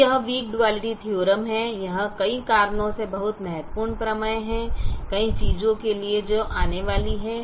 तो यह weak duality theorem है यह कई कारणों से बहुत महत्वपूर्ण प्रमेय है कई चीजों के लिए जो आने वाली हैं